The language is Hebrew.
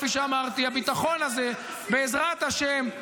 וכפי שאמרתי, הביטחון הזה יביא, בעזרת השם,